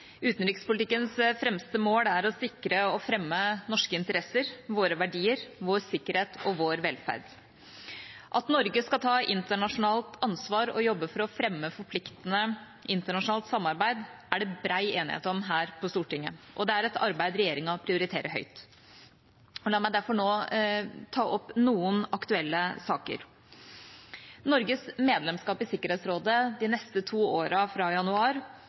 fremme norske interesser, våre verdier, vår sikkerhet og vår velferd. At Norge skal ta internasjonalt ansvar og jobbe for å fremme forpliktende internasjonalt samarbeid, er det bred enighet om her på Stortinget, og det er et arbeid regjeringa prioriterer høyt. La meg derfor nå ta opp noen aktuelle saker. Norges medlemskap i Sikkerhetsrådet de neste to årene fra januar